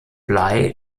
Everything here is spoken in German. blei